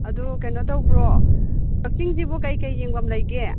ꯑꯗꯨ ꯀꯩꯅꯣ ꯇꯧꯕ꯭ꯔꯣ ꯀꯛꯆꯤꯡꯁꯤꯕꯨ ꯀꯩꯀꯩ ꯌꯦꯡꯐꯝ ꯂꯩꯒꯦ